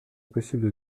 impossible